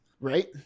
Right